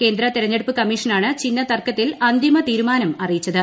കേന്ദ്ര തെരഞ്ഞെടുപ്പ് കമ്മീഷനാണ് ചിഹ്നതർക്കത്തിൽ അന്തിമ തീരുമാനം അറിയിച്ചത്